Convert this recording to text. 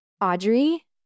Audrey